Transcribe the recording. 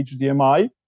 HDMI